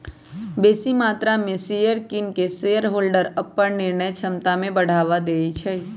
बेशी मत्रा में शेयर किन कऽ शेरहोल्डर अप्पन निर्णय क्षमता में बढ़ा देइ छै